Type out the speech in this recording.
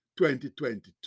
2022